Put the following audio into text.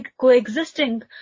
coexisting